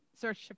search